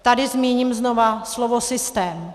Tady zmíním znova slovo systém.